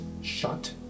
shut